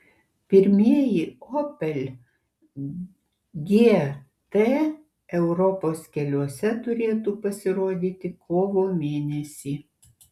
pirmieji opel gt europos keliuose turėtų pasirodyti kovo mėnesį